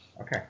okay